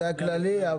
הוצג באופן כללי.